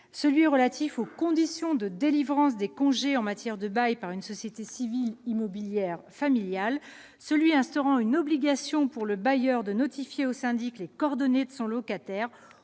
celui relatif aux conditions de délivrance des congés en matière de bail par une société civile immobilière familiale, celui instaurant une obligation pour le bailleur de notifier au syndic les coordonnées de son locataire